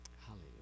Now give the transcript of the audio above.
Hallelujah